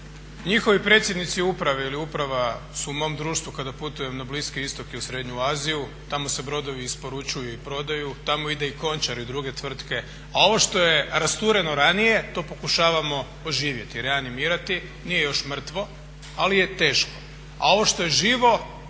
Njihovi predsjednici uprave ili uprava su u mom društvu kada putujem na Bliski istok i u srednju Aziju, tamo se brodovi i isporučuju i prodaju, tamo idu i Končar i druge tvrtke. A ovo što je rastureno ranije to pokušavamo oživjeti, reanimirati, nije još mrtvo ali je teško. A ovo što je živo